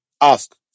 ask